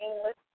English